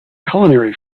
culinary